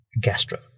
gastro